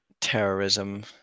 terrorism